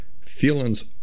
feelings